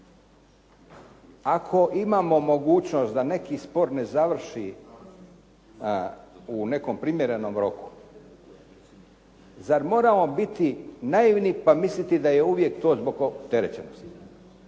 Ako imamo mogućnost da neki spor ne završi u nekom primjerenom roku, zar moramo biti naivni pa misliti da je uvijek to zbog opterećenosti?